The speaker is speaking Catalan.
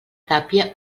tàpia